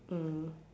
mm